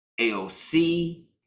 AOC